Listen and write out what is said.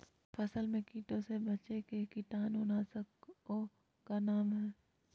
फसल में कीटों से बचे के कीटाणु नाशक ओं का नाम?